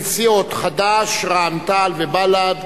של סיעות חד"ש, רע"ם-תע"ל ובל"ד.